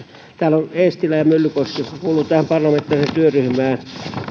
täällä ovat eestilä ja myllykoski jotka kuuluivat tähän parlamentaariseen työryhmään mutta